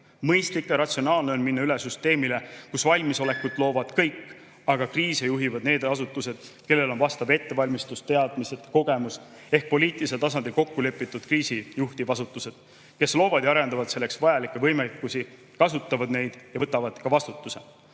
Mõistlik ja ratsionaalne on minna üle süsteemile, kus valmisolekut loovad kõik, aga kriise juhivad need asutused, kellel on vastav ettevalmistus, teadmised, kogemus, ehk poliitilisel tasandil kokkulepitud juhtivasutused, kes loovad ja arendavad selleks vajalikke võimekusi, kasutavad neid ja võtavad ka vastutuse.